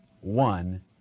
One